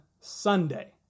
Sunday